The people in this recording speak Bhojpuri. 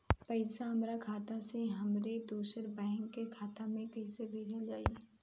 पैसा हमरा खाता से हमारे दोसर बैंक के खाता मे कैसे भेजल जायी?